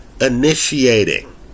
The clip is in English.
initiating